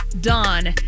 Dawn